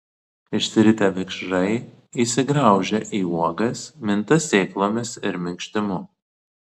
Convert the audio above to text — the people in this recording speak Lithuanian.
išsiritę vikšrai įsigraužia į uogas minta sėklomis ir minkštimu